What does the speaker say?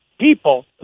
people